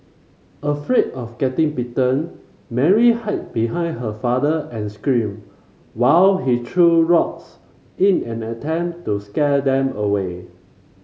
afraid of getting bitten Mary hid behind her father and screamed while he threw rocks in an attempt to scare them away